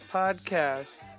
podcast